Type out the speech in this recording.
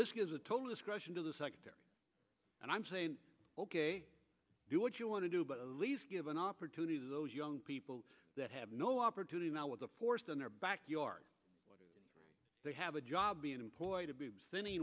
this gives a total discretion to the sector and i'm saying do what you want to do but at least give an opportunity to those young people that have no opportunity now with the force on their back yard they have a job being employed to be